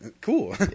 Cool